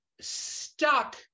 stuck